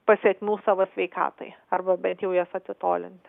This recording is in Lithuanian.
pasekmių savo sveikatai arba bent jau jas atitolinti